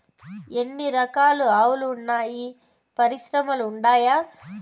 ఎన్ని రకాలు ఆవులు వున్నాయి పరిశ్రమలు ఉండాయా?